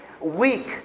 Weak